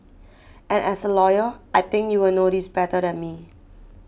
and as a lawyer I think you will know this better than me